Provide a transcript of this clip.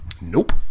Nope